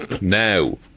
Now